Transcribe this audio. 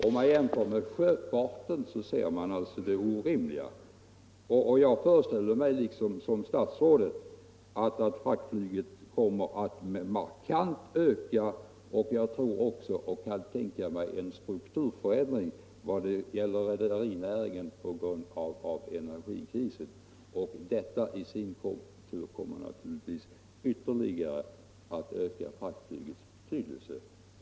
Om man jämför med sjöfarten ser man det orimliga i förhållandena. Jag föreställer mig liksom statsrådet att fraktflyget kommer att markant öka, och jag tror också på en strukturförändring i rederinäringen på grund av energikrisen. Detta i sin tur kommer naturligtvis att ytterligare öka fraktflygets betydelse.